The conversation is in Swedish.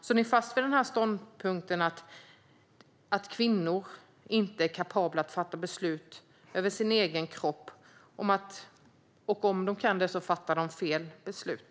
Står ni fast vid ståndpunkten att kvinnor inte är kapabla att fatta beslut om sina egna kroppar och att om de kan det fattar de fel beslut?